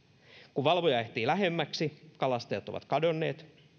kun valvoja ehtii lähemmäksi kalastajat ovat kadonneet